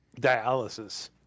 Dialysis